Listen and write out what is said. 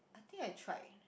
I think I tried